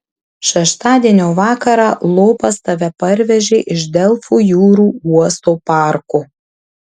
šeštadienio vakarą lopas tave parvežė iš delfų jūrų uosto parko